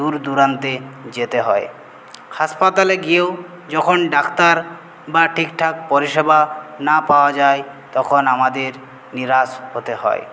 দূরদূরান্তে যেতে হয় হাসপাতালে গিয়েও যখন ডাক্তার বা ঠিকঠাক পরিষেবা না পাওয়া যায় তখন আমাদের নিরাশ হতে হয়